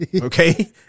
Okay